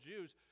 Jews